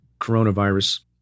coronavirus